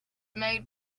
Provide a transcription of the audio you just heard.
made